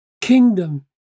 kingdom